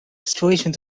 situation